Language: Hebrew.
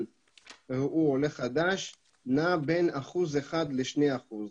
הוא עולה חדש נע בין אחוז אחד לשני אחוזים.